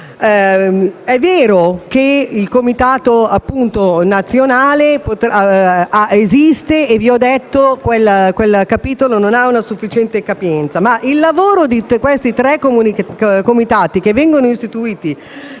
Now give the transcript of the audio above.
È vero che il comitato nazionale esiste e che quel capitolo non ha una sufficiente capienza, ma il lavoro di questi tre comitati che vengono istituiti,